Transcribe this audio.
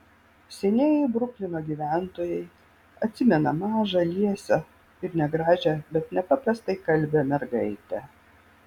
senieji bruklino gyventojai atsimena mažą liesą ir negražią bet nepaprastai kalbią mergaitę